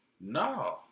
No